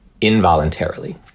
involuntarily